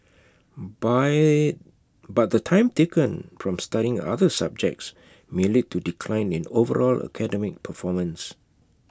buy but the time taken from studying other subjects may lead to A decline in overall academic performance